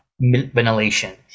ventilation